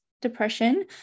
depression